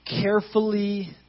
Carefully